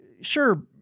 sure